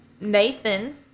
Nathan